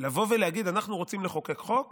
לבוא ולהגיד שאנחנו רוצים לחוקק חוק